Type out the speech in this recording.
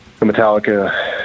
Metallica